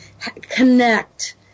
connect